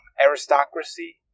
aristocracy